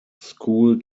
school